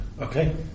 Okay